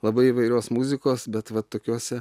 labai įvairios muzikos bet va tokiose